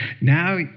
Now